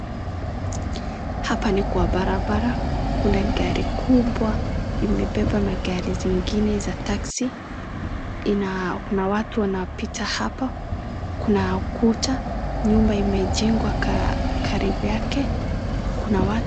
Hapa ni kwa bara bara kuna gari kubwa imebeba magari zingine za taxi ina kuna watu wanapita hapa kuna ukuta nyumba imejengwa karibu yake kuna watu.